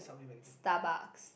Starbucks